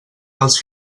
els